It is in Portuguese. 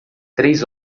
três